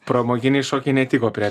pramoginiai šokiai netiko prie